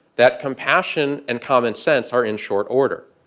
that compassion and common sense are in short order.